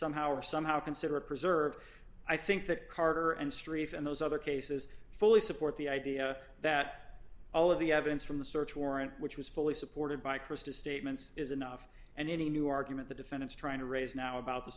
somehow or somehow consider preserve i think that carter and st and those other cases fully support the idea that all of the evidence from the search warrant which was fully supported by christa statements is enough and any new argument the defendants trying to raise now about the